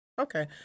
Okay